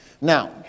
Now